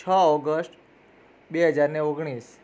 છ ઓગષ્ટ બે હજાર ને ઓગણીસ